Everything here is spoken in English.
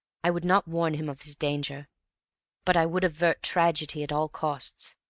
i would not warn him of his danger but i would avert tragedy at all costs.